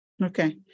Okay